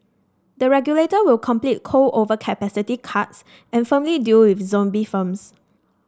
the regulator will complete coal overcapacity cuts and firmly deal with zombie firms